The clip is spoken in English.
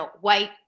white